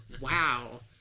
Wow